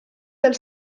del